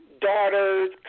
daughters